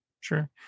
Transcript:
Sure